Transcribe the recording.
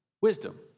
wisdom